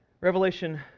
Revelation